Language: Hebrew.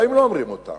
גם אם לא אומרים אותה,